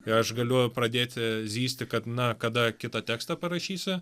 kai aš galiu pradėti zyzti kad na kada kitą tekstą parašysi